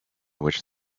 which